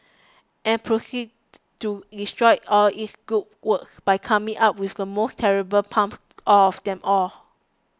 and proceeded to destroy all its good work by coming up with the most terrible pump of them all